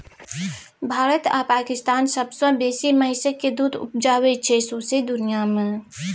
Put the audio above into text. भारत आ पाकिस्तान सबसँ बेसी महिषक दुध उपजाबै छै सौंसे दुनियाँ मे